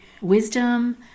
wisdom